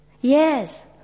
Yes